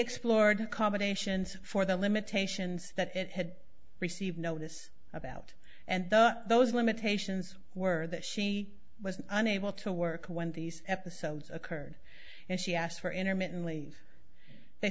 explored combinations for the limitations that it had received notice about and though those limitations were that she was unable to work when these episodes occurred and she asked for intermittently they